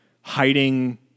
hiding